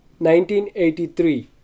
1983